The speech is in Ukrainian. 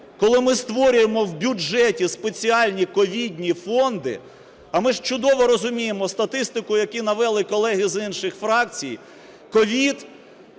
коли ми створюємо в бюджеті спеціальні ковідні фонди, а ми ж чудово розуміємо статистику, яку навели колеги з інших фракцій, COVID